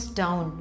down